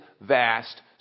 vast